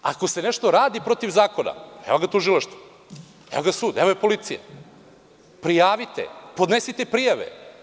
Ako se nešto radi protiv zakona, evo ga tužilaštvo, evo ga sud, evo je policija, prijavite, podnesite prijave.